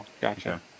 Gotcha